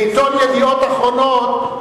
לעיתון "ידיעות אחרונות",